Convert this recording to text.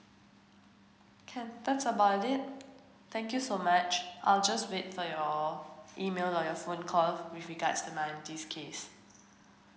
can about it thank you so much I'll just wait for your email or your phone call with regards to my auntie's case